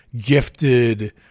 gifted